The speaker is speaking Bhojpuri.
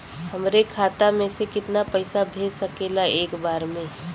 हमरे खाता में से कितना पईसा भेज सकेला एक बार में?